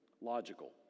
logical